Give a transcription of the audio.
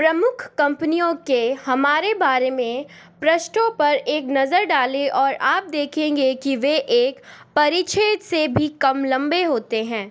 प्रमुख कंपनियों के हमारे बारे में पृष्ठों पर एक नज़र डालें और आप देखेंगे कि वे एक परिच्छेद से भी कम लंबे होते हैं